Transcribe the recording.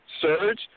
Surge